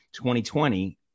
2020